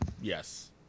Yes